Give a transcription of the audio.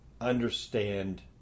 understand